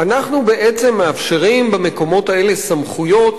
אנחנו בעצם מאפשרים במקומות האלה סמכויות